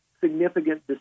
significant